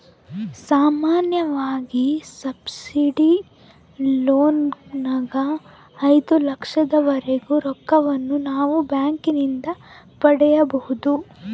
ಸಾಮಾನ್ಯವಾಗಿ ಸಬ್ಸಿಡಿ ಲೋನಿನಗ ಐದು ಲಕ್ಷದವರೆಗೆ ರೊಕ್ಕವನ್ನು ನಾವು ಬ್ಯಾಂಕಿನಿಂದ ಪಡೆಯಬೊದು